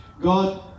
God